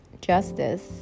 justice